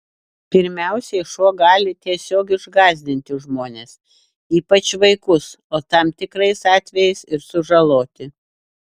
pirmiausiai šuo gali tiesiog išgąsdinti žmones ypač vaikus o tam tikrais atvejais ir sužaloti